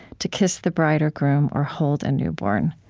to kiss the bride or groom, or hold a newborn.